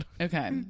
Okay